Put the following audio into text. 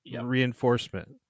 reinforcement